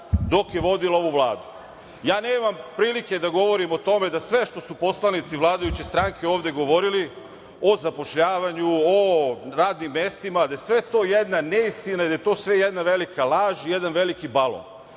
dok je vodila ovu Vladu. Ja nemam prilike da govorim o tome da sve što su poslanici vladajuće stranke ovde govorili o zapošljavanju, o radnim mestima, da je sve to jedna neistina i da je sve to jedna velika laž i jedan veliki